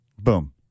Boom